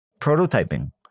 prototyping